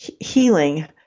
healing